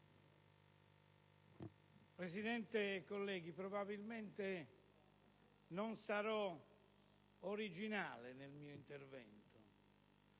Presidente, colleghi, probabilmente non sarò originale nel mio intervento,